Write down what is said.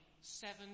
seven